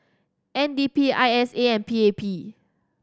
N D P I S A and P A P